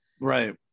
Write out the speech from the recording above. Right